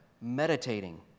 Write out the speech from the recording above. meditating